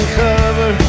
cover